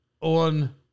on